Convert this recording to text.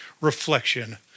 reflection